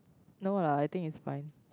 no lah I think it's fine